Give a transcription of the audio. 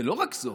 ולא רק זאת.